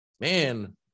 man